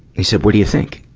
he said, what do you think?